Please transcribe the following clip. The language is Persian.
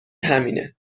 همینه